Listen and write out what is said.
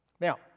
Now